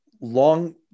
Long